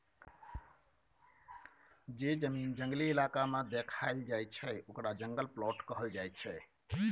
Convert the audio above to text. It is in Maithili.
जे जमीन जंगली इलाका में देखाएल जाइ छइ ओकरा जंगल प्लॉट कहल जाइ छइ